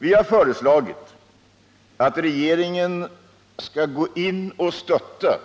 Vi har föreslagit att regeringen skall stötta